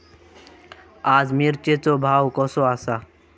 आज मिरचेचो भाव कसो आसा?